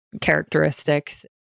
characteristics